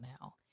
now